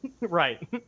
Right